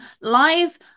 live